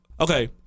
okay